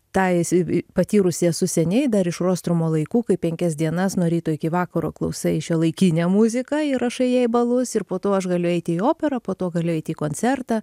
tą esi patyrusi esu seniai dar iš rostrumo laikų kai penkias dienas nuo ryto iki vakaro klausai šiuolaikinę muzikąir rašai jai balus ir po to aš galiu eiti į operą po to galiu eiti į koncertą